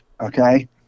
okay